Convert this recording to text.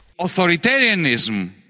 Authoritarianism